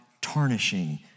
tarnishing